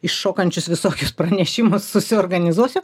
iššokančius visokius pranešimus susiorganizuosiu